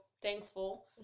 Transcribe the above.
thankful